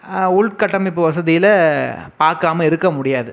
உள் கட்டமைப்பு வசதியில் பார்க்காம இருக்க முடியாது